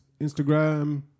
instagram